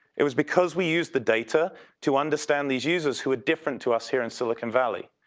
it was because we used the data to understand these users who are different to us here in silicon valley.